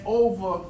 over